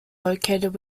located